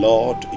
Lord